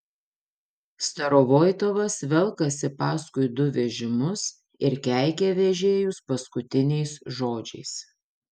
starovoitovas velkasi paskui du vežimus ir keikia vežėjus paskutiniais žodžiais